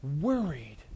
worried